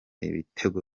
ibitego